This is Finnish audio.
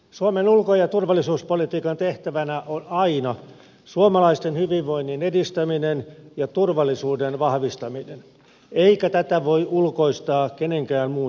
suomen ulko ja turvallisuuspolitiikan tehtävänä on aina suomalaisten hyvinvoinnin edistäminen ja turvallisuuden vahvistaminen eikä tätä voi ulkoistaa kenenkään muun tehtäväksi